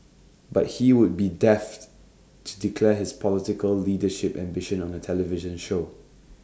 but he would be daft to declare his political leadership ambitions on A television show